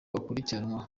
akurikiranwa